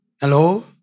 Hello